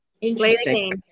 interesting